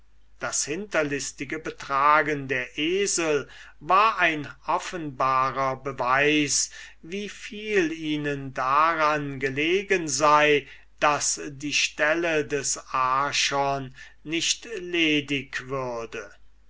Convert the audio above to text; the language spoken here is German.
das hinterlistige betragen der esel war ein offenbarer beweis wie viel ihnen daran gelegen sei daß die stelle des archons nicht ledig würde